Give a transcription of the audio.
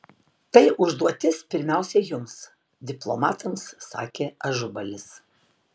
tai užduotis pirmiausia jums diplomatams sakė ažubalis